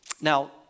Now